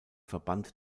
verband